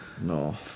No